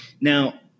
Now